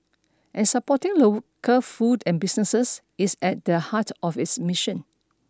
and supporting local food and businesses is at the heart of its mission